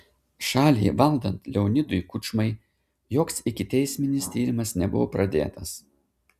šalį valdant leonidui kučmai joks ikiteisminis tyrimas nebuvo pradėtas